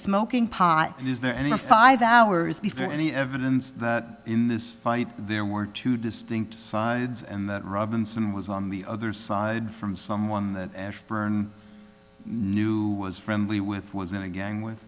smoking pot is there any five hours before any evidence that in this fight there were two distinct sides and that robinson was on the other side from someone that ashburn knew was friendly with was in a gang with